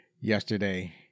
yesterday